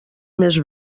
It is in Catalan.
més